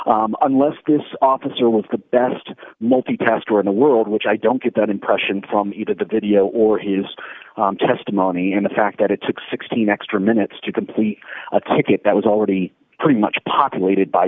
time unless this officer with the best multitasker in the world which i don't get that impression from either the video or his testimony and the fact that it took sixteen extra minutes to complete a ticket that was already pretty much populated by